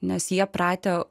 nes jie pratę